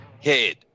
head